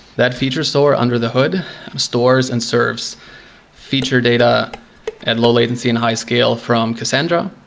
that feature store under the hood stores and serves feature data at low latency and high scale from cassandra,